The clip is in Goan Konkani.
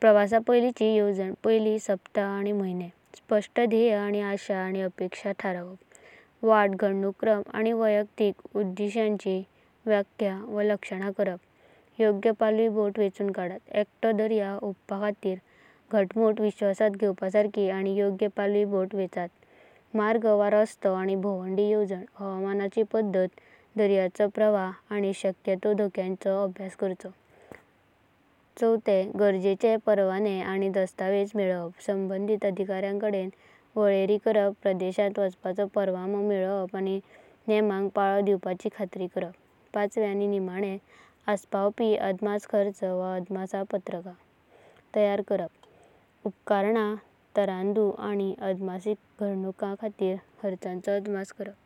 प्रवासपायलिंचें येवजणा पायलो सप्तकां/म्हायने। स्पष्ट ध्येय आनी आशा वा अपेक्षा थारावप वाटा, गडानुकाराम। आनी वैयक्तिक उद्दिष्टांची व्याख्या वा लक्षण करपा। योग्य पलावी बोट निवडता एकतो दर्या हूपापाखातिरा घटामुता। विश्वासांत घेवपसारकी आनी योग्य पलावी बोट निवडता। मर्ग वा रस्तो आनी भोवंडी येवजणा हवामानाची पद्धत। दर्याचे प्रवाह आनी साकाय तोह धोक्याचो अभ्यास कराचो। गरजेंचें परमाने आनी दस्तावेद मेलोवप संबंधित अधिकारी एकावेळ करपा। परदेशांत वाचपाचो परमांओ मेलोवप, आनी नियमांक पालो दिवपाची खात्री करपा। आनी निमाने असपावपी अडमस खर्च वा अडमसपत्रखा तैयार करपा उपकरणां, तरतूडां। आनी अकस्मिक घटानुका खातीर खर्चाचो अडमस करपा।